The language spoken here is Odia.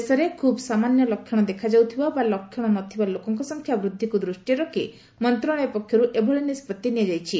ଦେଶରେ ଖୁବ୍ ସାମାନ୍ୟ ଲକ୍ଷଣ ଦେଖାଯାଉଥିବା ବା ଲକ୍ଷଣ ନଥିବା ଲୋକଙ୍କ ସଂଖ୍ୟା ବୃଦ୍ଧିକୁ ଦୃଷ୍ଟିରେ ରଖି ମନ୍ତଶାଳୟ ପକ୍ଷରୁ ଏଭଳି ନିଷ୍କଭି ନିଆଯାଇଛି